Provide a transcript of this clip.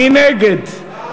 מי נגד?